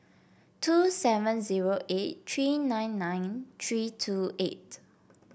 two seven zero eight three nine nine three two eight